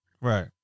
right